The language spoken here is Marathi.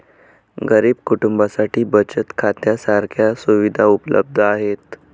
गरीब कुटुंबांसाठी बचत खात्या सारख्या सुविधा उपलब्ध आहेत